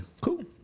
Cool